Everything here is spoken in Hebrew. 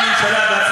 או זה, מה?